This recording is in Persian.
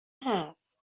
هست